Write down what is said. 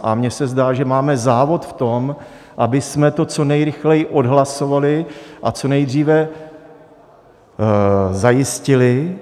A mně se zdá, že máme závod v tom, abychom to co nejrychleji odhlasovali a co nejdříve zajistili.